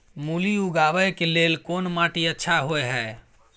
मूली उगाबै के लेल कोन माटी अच्छा होय है?